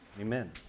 Amen